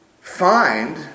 find